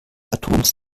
atoms